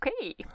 Okay